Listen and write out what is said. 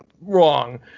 wrong